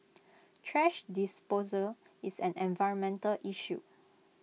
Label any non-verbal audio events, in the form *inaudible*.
*noise* thrash disposal is an environmental issue